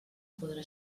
podrà